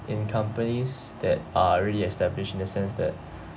in companies that are really established in the sense that